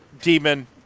demon